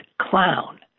clown